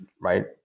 right